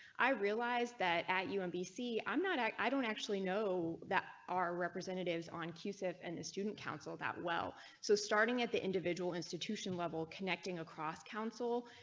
i realized that at you in bc, i'm not, i i don't actually know that our representatives ancu savane so and the student council that well so. starting at the individual institution level connecting across council.